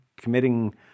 committing